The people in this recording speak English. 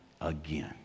again